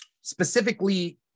specifically